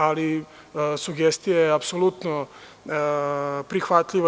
Ali, sugestija je apsolutno prihvatljivo.